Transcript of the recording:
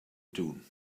dune